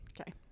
Okay